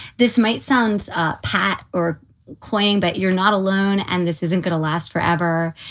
this might sound pat or cloying, but you're not alone. and this isn't gonna last forever.